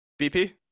BP